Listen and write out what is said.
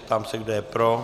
Ptám se, kdo je pro?